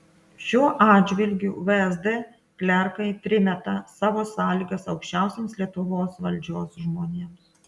šiuo atžvilgiu vsd klerkai primeta savo sąlygas aukščiausiems lietuvos valdžios žmonėms